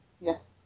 Yes